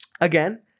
again